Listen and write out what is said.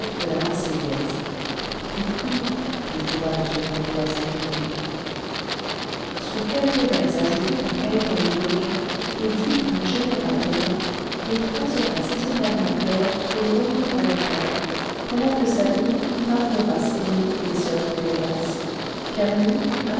de la marseillaise le clou dit tout bas m ponto à ses filles clara la bellïragédienne lje vingtième siècle sur quelques vers ajoutés par gaétan dubloquet et dits par un général romain les trois horaces tirèrent leurs glaives et les remirent à leur père pendant que sabine femme d'horace aîné et soeur cle curiace camille